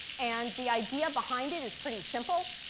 and the idea behind it is pretty simple.